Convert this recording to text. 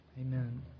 Amen